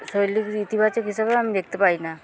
শৈলীর ইতিবাচক হিসাবেও আমি দেখতে পাই না